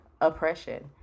oppression